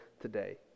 today